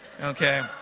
okay